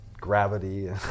gravity